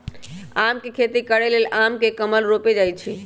आम के खेती करे लेल आम के कलम रोपल जाइ छइ